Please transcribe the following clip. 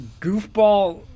goofball